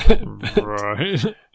Right